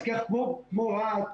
אז כך, כמו רהט,